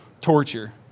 torture